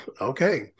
Okay